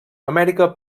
amèrica